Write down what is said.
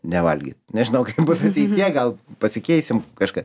nevalgyt nežinau kaip bus ateityje gal pasikeisim kažką